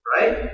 Right